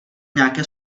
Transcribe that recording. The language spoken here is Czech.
nějaké